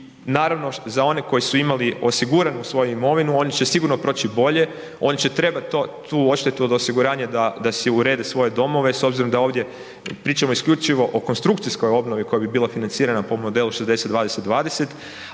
i naravno, za one koji su imali osigurano svoju imovinu, oni će sigurno proći bolje, oni će trebati tu odštetu od osiguranja da si urede svoje domove s obzirom da ovdje pričamo isključivo o konstrukcijskoj obnovi koja bi bila financirana po modelu 60-20-20,